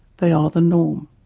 they are the norm.